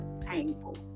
painful